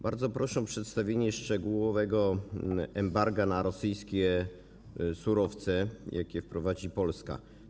Bardzo proszę o przedstawienie szczegółowego embarga na rosyjskie surowce, jakie wprowadzi Polska.